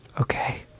Okay